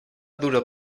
duro